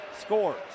Scores